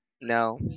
No